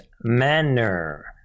manner